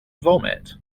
vomit